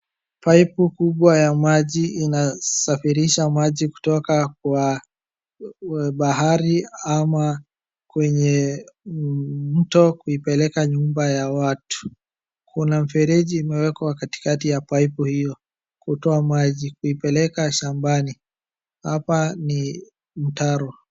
Paipu kubwa ya maji inasafirisha maji kutoka kwa bahari ama kwenye mto kuipeleka nyumba ya watu. Kuna mferiji imewekwa katikati ya paipu hiyo kutoa maji kuipeleka shambani. Hapa ni mtaaro.